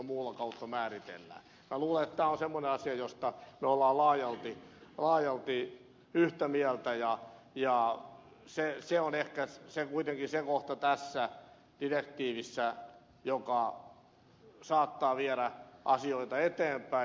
minä luulen että tämä on semmoinen asia josta me olemme laajalti yhtä mieltä ja se kohta on kuitenkin tässä direktiivissä sellainen joka saattaa viedä asioita eteenpäin